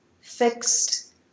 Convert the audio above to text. fixed